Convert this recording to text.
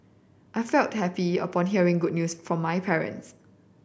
I felt happy upon hearing good news from my parents